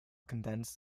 condensed